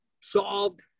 solved